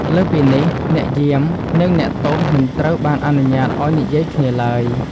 លើសពីនេះ អ្នកយាម និងអ្នកទោសមិនត្រូវបានអនុញ្ញាតឱ្យនិយាយគ្នាឡើយ។